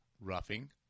roughing